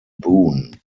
boone